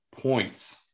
points